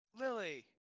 Lily